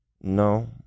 No